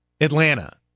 Atlanta